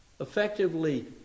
effectively